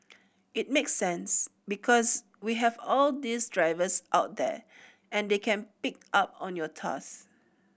it makes sense because we have all these drivers out there and they can pick up on your task